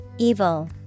Evil